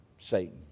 Satan